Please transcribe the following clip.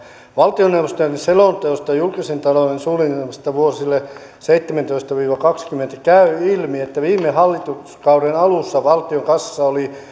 valtioneuvoston selonteosta julkisen talouden suunnitelmasta vuosille seitsemäntoista viiva kaksikymmentä käy ilmi että viime hallituskauden alussa valtion kassassa oli